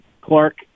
Clark